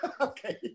Okay